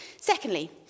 Secondly